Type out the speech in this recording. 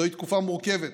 זוהי תקופה מורכבת